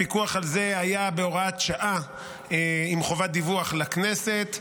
הפיקוח על זה היה בהוראת שעה עם חובת דיווח לכנסת,